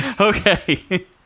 Okay